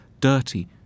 dirty